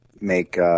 make